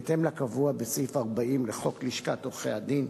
בהתאם לקבוע בסעיף 40 לחוק לשכת עורכי-הדין,